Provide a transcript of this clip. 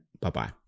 Bye-bye